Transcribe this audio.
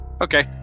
Okay